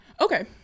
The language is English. Okay